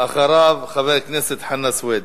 אחריו, חבר הכנסת חנא סוייד.